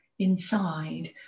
inside